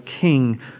king